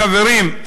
חברים,